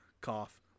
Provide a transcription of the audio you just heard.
Cough